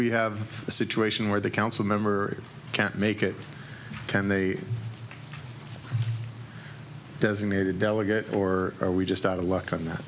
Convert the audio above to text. we have a situation where the council member can't make it can they designate a delegate or are we just out of luck on that